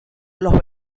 los